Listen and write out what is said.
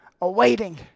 awaiting